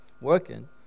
working